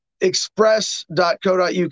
Express.co.uk